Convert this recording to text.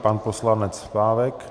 Pan poslanec Pávek.